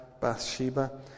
Bathsheba